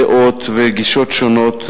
דעות וגישות שונות,